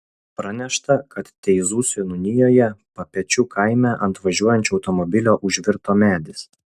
pranešta kad teizų seniūnijoje papečių kaime ant važiuojančio automobilio užvirto medis